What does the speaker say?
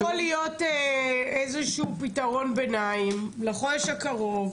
יכול להיות שיש איזה פתרון ביניים לחודש הקרוב.